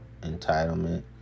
entitlement